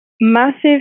Massive